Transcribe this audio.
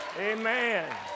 Amen